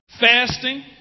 fasting